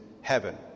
heaven